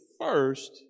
first